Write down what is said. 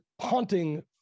haunting